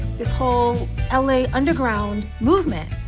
this whole l a. underground movement,